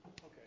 Okay